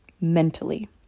mentally